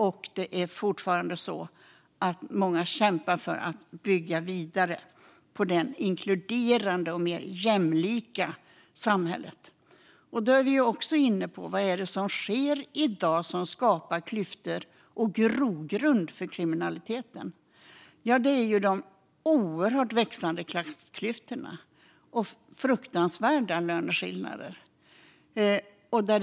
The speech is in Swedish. Och det är fortfarande så att många kämpar för att bygga vidare på det inkluderande och mer jämlika samhället. Då är vi också inne på vad det är som sker i dag för att skapa klyftor och grogrund för kriminaliteten. Ja, det är ju de oerhört växande klassklyftorna och fruktansvärda löneskillnader.